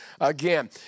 Again